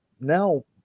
now